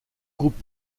groupes